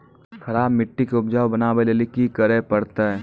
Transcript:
खराब मिट्टी के उपजाऊ बनावे लेली की करे परतै?